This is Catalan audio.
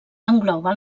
engloba